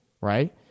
right